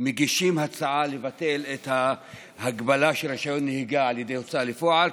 מגישים הצעה לבטל את ההגבלה של רישיון הנהיגה על ידי ההוצאה לפועל,